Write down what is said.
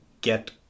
get